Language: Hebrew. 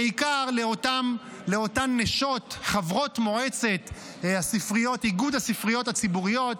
בעיקר לאותן חברות מועצת איגוד הספריות הציבוריות,